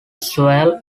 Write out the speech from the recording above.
swale